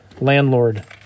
landlord